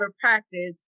practice